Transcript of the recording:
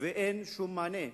ואין שום מענה.